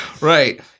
Right